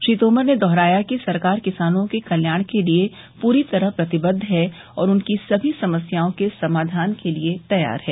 श्री तोमर ने दोहराया सरकार किसानों के कल्याण के लिए पूरी तरह प्रतिबद्ध है और उनकी सभी समस्याओं के समाधान के लिए तैयार है